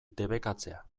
debekatzea